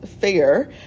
fair